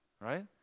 right